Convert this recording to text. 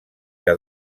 que